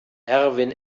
erwin